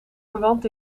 verwant